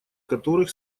которых